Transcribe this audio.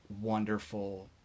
wonderful